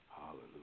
Hallelujah